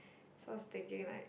so I was thinking like